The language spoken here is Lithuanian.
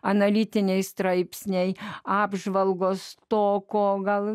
analitiniai straipsniai apžvalgos to ko gal